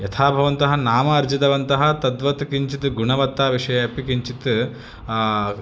यथा भवन्तः नाम अर्जितवन्तः तद्वत् किञ्चित् गुणवत्ताविषये अपि किञ्चित्